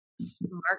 smart